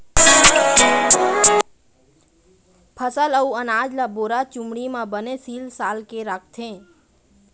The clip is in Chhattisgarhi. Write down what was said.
फसल अउ अनाज ल बोरा, चुमड़ी म बने सील साल के राखथे